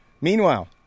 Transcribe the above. Meanwhile